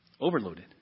Overloaded